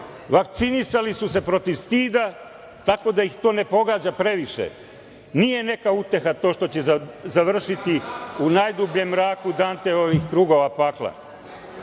Vakcinisali su se protiv stida, tako da ih to ne pogađa previše. Nije neka uteha to što će završiti u najdubljem mraku Danteovih krugova pakla. Ne